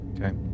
Okay